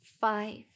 five